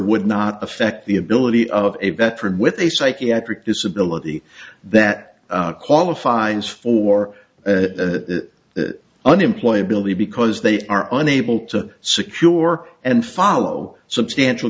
would not affect the ability of a veteran with a psychiatric disability that qualifies for that unemployment believe because they are only able to secure and follow substantial